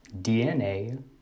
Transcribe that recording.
DNA